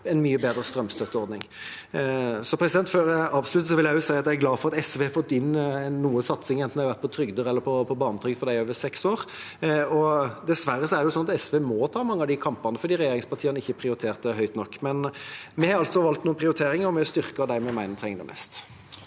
en mye bedre strømstøtteordning. Før jeg avslutter, vil jeg også si at jeg er glad for at SV har fått inn noe satsing, enten det har vært på trygder eller på barnetrygd for dem over seks år. Dessverre er det sånn at SV må ta mange av de kampene fordi regjeringspartiene ikke har prioritert det høyt nok. Men vi har valgt noen prioriteringer, og vi styrker dem vi mener trenger det mest.